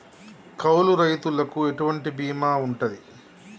కౌలు రైతులకు ఎటువంటి బీమా ఉంటది?